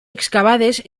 excavades